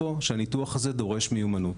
הניתוח הזה דורש מיומנות,